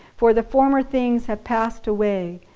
for the former things have passed away.